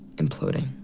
imploding.